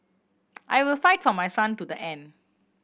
I will fight for my son to the end